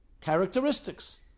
characteristics